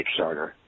Kickstarter